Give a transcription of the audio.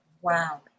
Wow